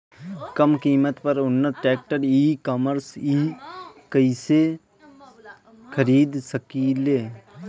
कम कीमत पर उत्तम ट्रैक्टर ई कॉमर्स से कइसे खरीद सकिले?